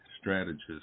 strategist